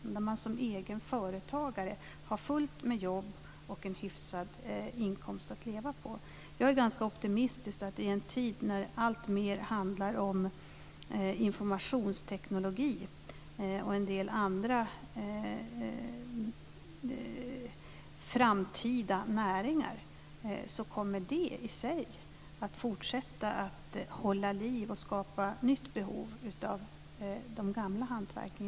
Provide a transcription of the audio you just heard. Där har man som egen företagare fullt med jobb och en hyfsad inkomst att leva på. Jag är ganska optimistisk. I en tid där det alltmer handlar om informationsteknologi och en del andra framtida näringar kommer detta i sig att fortsätta hålla liv i och skapa nytt behov av de gamla hantverken.